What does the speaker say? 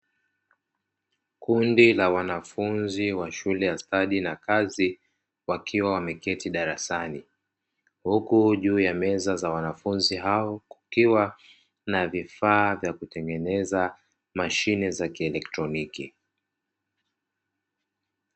Kundi la wanafunzi wa shule ya stadi a kazi, wakiwa wameketi darasani huku juu ya meza za wanafunzi hao kukiwa na vifaa vya kutengeneza mashine za kieletroniki.